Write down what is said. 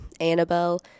Annabelle –